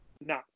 No